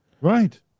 Right